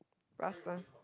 last time